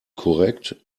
korrekt